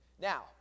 Now